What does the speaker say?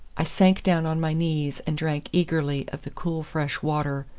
i sank down on my knees and drank eagerly of the cool fresh water,